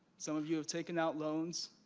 some of you have taken out loans,